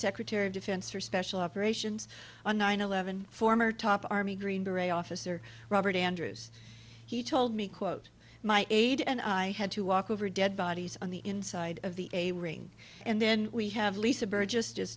secretary of defense for special operations on nine eleven former top army green beret officer robert andrews he told me quote my aide and i had to walk over dead bodies on the inside of the a ring and then we have